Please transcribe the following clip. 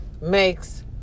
makes